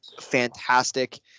fantastic